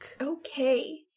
Okay